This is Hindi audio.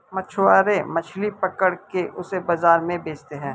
मछुआरे मछली पकड़ के उसे बाजार में बेचते है